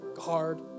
hard